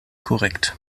korrekt